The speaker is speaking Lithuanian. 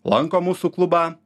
lanko mūsų klubą